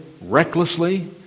recklessly